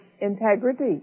integrity